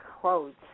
quotes